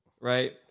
right